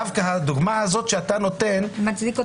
דווקא הדוגמה הזאת שאתה נותן -- מצדיקה.